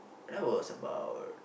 that was about